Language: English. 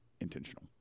intentional